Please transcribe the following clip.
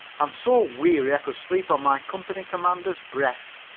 i'm so weary i could sleep on my company commander's breast,